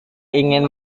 ingin